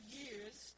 years